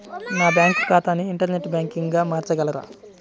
నా బ్యాంక్ ఖాతాని ఇంటర్నెట్ బ్యాంకింగ్గా మార్చగలరా?